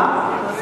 סליחה?